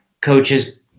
coaches